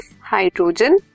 hydrogen